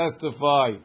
testify